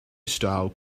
style